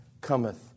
cometh